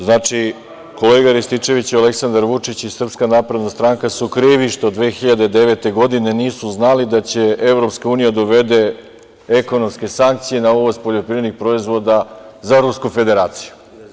Znači, kolega Rističević i Aleksandar Vučić i SNS su krivi što 2009. godine nisu znali da će EU da uvede ekonomske sankcije na uvoz poljoprivrednih proizvoda za Rusku Federaciju.